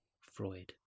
Freud